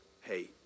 hey